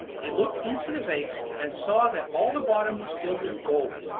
he looked into the vase, and saw that all the bottom was filled with gold.